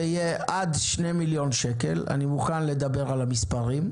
יהיה עד 2 מיליון שקל אני מוכן לדבר על המספרים.